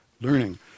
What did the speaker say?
learning